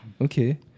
Okay